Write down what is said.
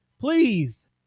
please